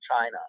China